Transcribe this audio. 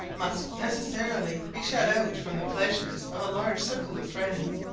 must necessarily be shut out from the pleasures of a large circle of friends,